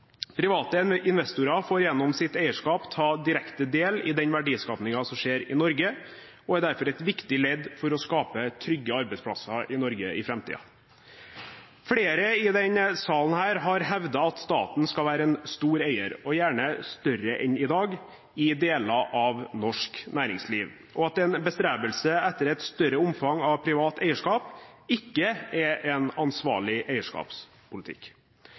investorer får gjennom sitt eierskap ta direkte del i den verdiskapingen som skjer i Norge, og er derfor et viktig ledd for å skape trygge arbeidsplasser i Norge i framtiden. Flere i denne salen har hevdet at staten skal være en stor eier – og gjerne større enn i dag – i deler av norsk næringsliv, og at en bestrebelse etter et større omfang av privat eierskap ikke er en ansvarlig eierskapspolitikk.